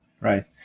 right